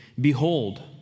Behold